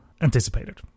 anticipated